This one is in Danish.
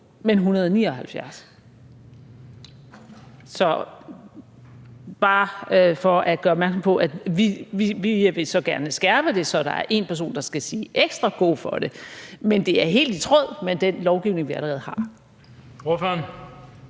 men 179. Så det er bare for at gøre opmærksom på det. Vi vil så gerne skærpe det, så der er én person, der skal sige ekstra god for det, men det er helt i tråd med den lovgivning, vi allerede har.